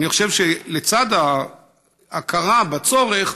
אני חושב שלצד ההכרה בצורך,